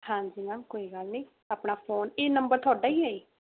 ਹਾਂਜੀ ਮੈਮ ਕੋਈ ਗੱਲ ਨਹੀਂ ਆਪਣਾ ਫੋਨ ਇਹ ਨੰਬਰ ਤੁਹਾਡਾ ਹੀ ਹੈ